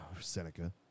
Seneca